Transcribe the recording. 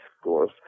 scores